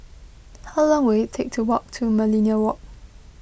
how long will it take to walk to Millenia Walk